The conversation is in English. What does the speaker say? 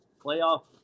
playoff –